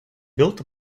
built